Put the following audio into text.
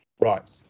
right